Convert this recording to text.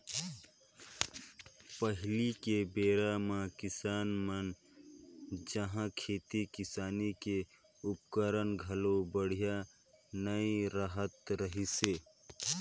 पहिली के बेरा म किसान मन जघा खेती किसानी के उपकरन घलो बड़िहा नइ रहत रहिसे